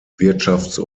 wirtschafts